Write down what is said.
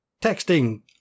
texting